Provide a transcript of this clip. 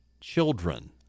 children